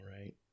right